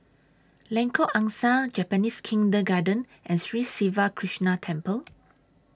Lengkok Angsa Japanese Kindergarten and Sri Siva Krishna Temple